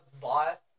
bought